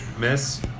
miss